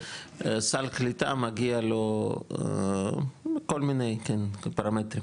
וסל הקליטה מגיע לו מכל מיני פרמטרים.